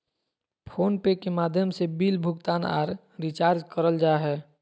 phone पे के माध्यम से बिल भुगतान आर रिचार्ज करल जा हय